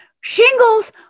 Shingles